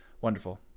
Wonderful